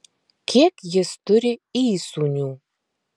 kiek jis turi įsūnių